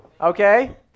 okay